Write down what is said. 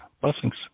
Blessings